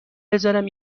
بذارم